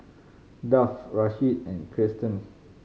Duff Rasheed and Kiersten